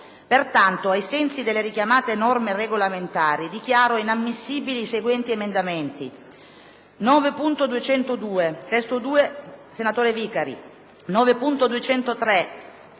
Pertanto, ai sensi delle richiamate norme regolamentari, dichiaro inammissibili i seguenti emendamenti: